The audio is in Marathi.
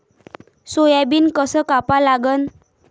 सोयाबीन कस कापा लागन?